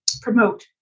promote